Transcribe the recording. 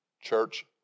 Church